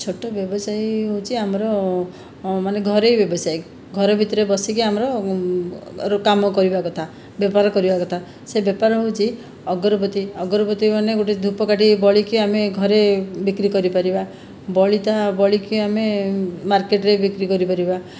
ଛୋଟ ବ୍ୟବସାୟୀ ହେଉଛି ଆମର ମାନେ ଘରୋଇ ବ୍ୟବସାୟୀ ଘର ଭିତରେ ବସିକି ଆମର କାମ କରିବା କଥା ବେପାର କରିବା କଥା ସେ ବେପାର ହେଉଛି ଅଗରବତୀ ଅଗରବତୀ ମାନେ ଗୋଟେ ଧୂପ କାଠି ବଳିକି ଆମେ ଘରେ ବିକ୍ରି କରିପାରିବା ବଳିତା ବଳିକି ଆମେ ମାର୍କେଟରେ ବିକ୍ରି କରିପାରିବା